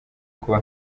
kuba